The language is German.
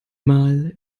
mal